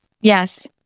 Yes